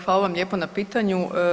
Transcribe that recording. Hvala vam lijepo na pitanju.